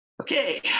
Okay